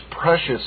precious